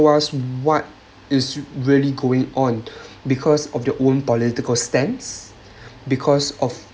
us what is really going on because of your own political stands because of